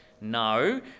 no